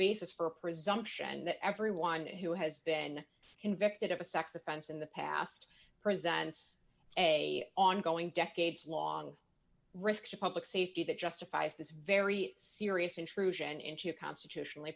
basis for a presumption that everyone who has been convicted of a sex offense in the past presents a ongoing decades long risk to public safety that justifies this very serious intrusion into a constitutionally